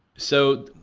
so,